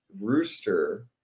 Rooster